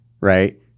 right